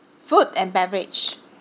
food and beverage